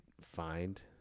find